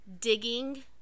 digging